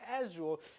casual